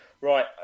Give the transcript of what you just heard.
Right